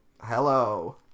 Hello